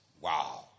Wow